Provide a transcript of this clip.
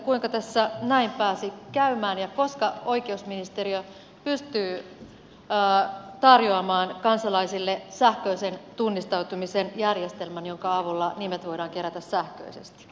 kuinka tässä näin pääsi käymään ja koska oikeusministeriö pystyy tarjoamaan kansalaisille sähköisen tunnistautumisen järjestelmän jonka avulla nimet voidaan kerätä sähköisesti